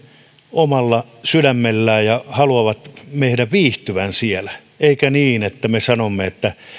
omalla sydämellään ja haluavat meidän viihtyvän siellä eikä niin että me sanomme